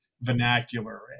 vernacular